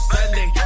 Sunday